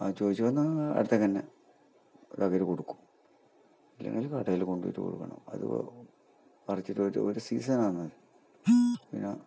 ആ ചോദിച്ച് വന്നാൽ അടുത്തൊക്കെ തന്നെ അവർ കൊടുക്കും ഇല്ലെങ്കിൽ കടയിൽ കൊണ്ടുപോയിട്ട് കൊടുക്കണം അത് പറിച്ചിട്ട് പോയിട്ട് ഒരു സീസൺ ആണ് പിന്നെ